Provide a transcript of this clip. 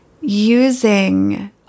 using